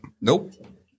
Nope